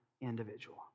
individual